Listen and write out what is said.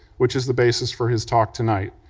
which is the basis for his talk tonight.